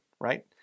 right